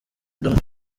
amerika